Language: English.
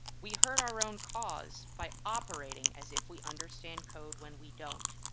we hurt our own cause by operating as if we understand code when we don't.